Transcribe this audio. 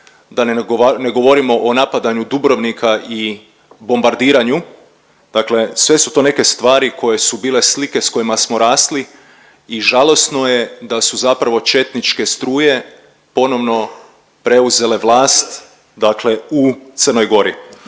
da ne govorimo o napadanju Dubrovnika i bombardiranju. Dakle, sve su to neke stvari koje su bile slike sa kojima smo rasli i žalosno je da su zapravo četničke struje ponovno preuzele vlast, dakle u Crnoj Gori.